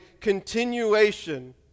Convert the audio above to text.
continuation